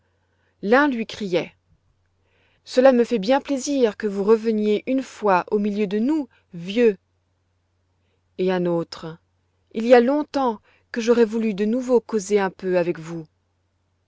l'un lui criait cela me fait bien plaisir que vous reveniez une fois au milieu de nous vieux et un autre il y a longtemps que j'aurais voulu de nouveau causer un peu avec vous